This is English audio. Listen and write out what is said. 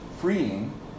freeing